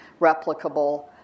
replicable